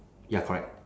ya correct